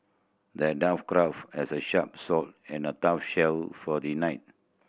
the dwarf crafted as a sharp sword and a tough shield for the knight